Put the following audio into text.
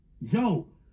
Yo